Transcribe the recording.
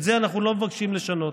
את זה אנחנו לא מבקשים לשנות.